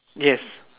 yes